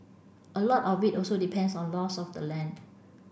a lot of it also depends on laws of the land